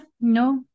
no